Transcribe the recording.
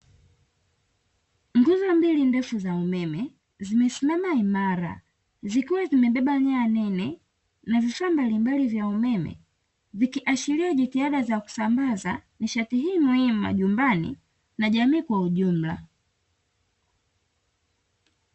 Nguzo mbili ndefu za umeme zimesimama imara zikiwa zimebeba nyaya nene na vifaa mbalimbali vya umeme vikiashiria jitihada za kusambaza nishati hii muhimu majumbani na jamii kwa ujumla.